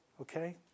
okay